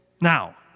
Now